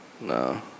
No